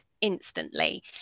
instantly